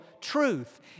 truth